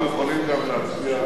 אנחנו יכולים גם לא להצביע.